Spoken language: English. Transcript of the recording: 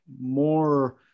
more